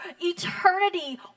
eternity